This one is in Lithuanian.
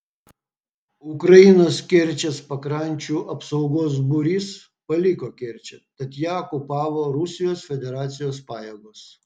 ukrainos kerčės pakrančių apsaugos būrys paliko kerčę tad ją okupavo rusijos federacijos pajėgos